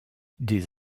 des